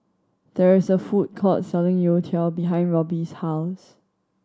there is a food court selling youtiao behind Robbie's house